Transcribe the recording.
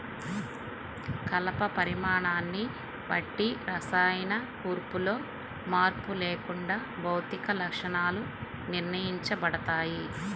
కలప పరిమాణాన్ని బట్టి రసాయన కూర్పులో మార్పు లేకుండా భౌతిక లక్షణాలు నిర్ణయించబడతాయి